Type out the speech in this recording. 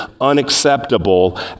unacceptable